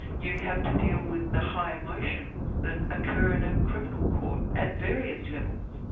you have to deal with the high emotions that occur in a criminal court at various levels.